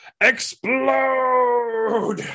explode